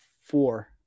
four